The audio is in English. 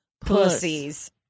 pussies